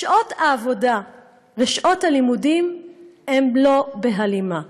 שעות העבודה ושעות הלימודים הן לא בהלימה.